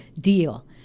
deal